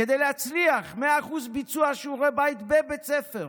כדי להצליח, 100% ביצוע שיעורי בית בבית ספר.